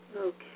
Okay